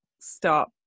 stop